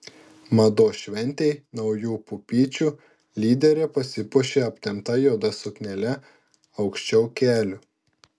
mados šventei naujų pupyčių lyderė pasipuošė aptempta juoda suknele aukščiau kelių